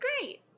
great